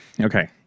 okay